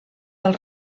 del